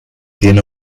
tiene